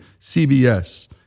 CBS